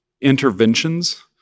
interventions